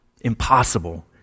Impossible